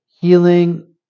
Healing